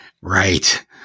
Right